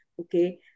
Okay